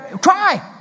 Try